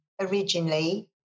originally